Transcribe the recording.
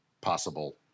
possible